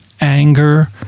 anger